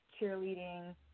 cheerleading